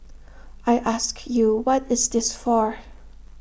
I ask you what is this for